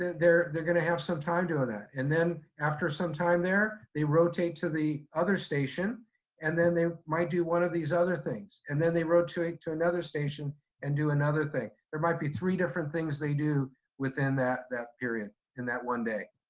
they're they're going to have some time doing that. and then after some time there, they rotate to the other station and then they might do one of these other things. and then they rotate to another station and do another thing. there might be three different things they do within that that period in that one day.